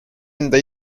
enda